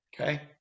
okay